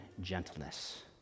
gentleness